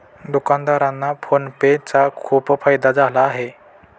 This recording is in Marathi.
दुकानदारांना फोन पे चा खूप फायदा झाला आहे